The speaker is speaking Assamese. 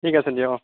ঠিক আছে দিয়ক